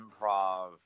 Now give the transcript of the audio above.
improv